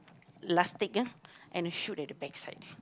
elastic ah and I shoot at the backside